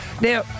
Now